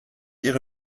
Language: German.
ihre